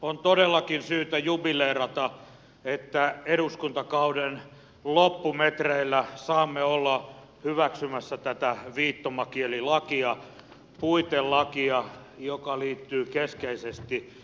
on todellakin syytä jubileerata että eduskuntakauden loppumetreillä saamme olla hyväksymässä tätä viittomakielilakia puitelakia joka liittyy keskeisesti perusoikeuksiin